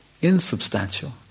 insubstantial